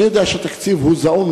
אני יודע שהתקציב הוא זעום.